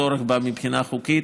שאין צורך בה מבחינה חוקית,